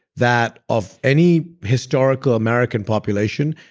that of any historical american population,